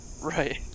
right